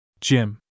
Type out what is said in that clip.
Jim